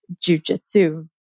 jujitsu